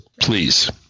Please